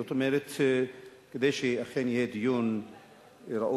זאת אומרת כדי שאכן יהיה דיון ראוי,